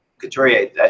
Couturier